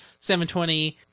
720